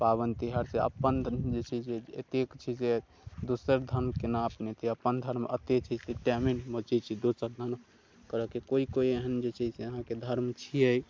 पाबनि तिहार से अपन धर्म जे छै से एतेक छै जे दोसर धर्म केना अपनेतै अपन धर्म एतेक छै जे टाइमे नहि बचैत छै जे दोसर धर्म करऽके कोइ कोइ एहन जे छै से धर्म अहाँकेँ धर्म छियै